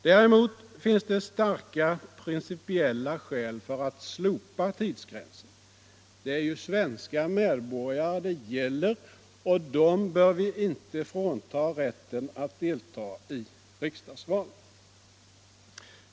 Däremot finns det starka principiella skäl för att slopa tidsgränsen. Det är ju svenska medborgare det gäller och dem bör vi inte frånta rätten att delta i riksdagsvalen.